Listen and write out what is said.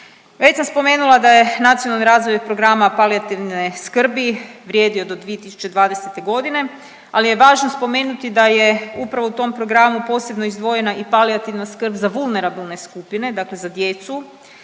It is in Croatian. Već sam spomenula da je Nacionalni razvojni program palijativne skrbi vrijedio do 2020. godine, ali je važno spomenuti da je upravo u tom programu posebno izdvojena i palijativna skrb za vulnerabilne skupine, dakle za djecu,